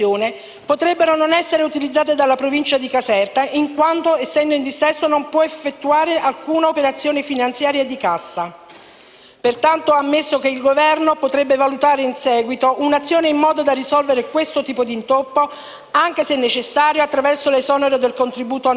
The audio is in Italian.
Pertanto ha ammesso che il Governo potrebbe valutare in seguito un'azione, in modo da risolvere questo tipo di intoppo anche, se necessario, attraverso l'esonero del contributo annuale. È questo il motivo per cui avete accolto questi ordini del giorno come impegni e non come raccomandazioni. Avviandomi alla conclusione,